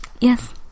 Yes